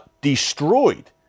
destroyed